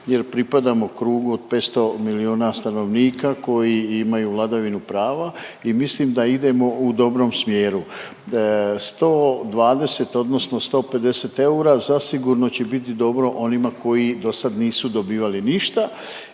jer pripadamo krugu od 500 milijuna stanovnika koji imaju vladavinu prava i mislim da idemo u dobrom smjeru. 120 odnosno 150 eura zasigurno će biti dobro onima koji dosad nisu dobivali ništa